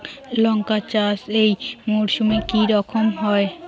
লঙ্কা চাষ এই মরসুমে কি রকম হয়?